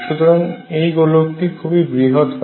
সুতরাং এই গোলকটি খুবই বৃহৎ হয়